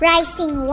Rising